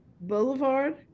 Boulevard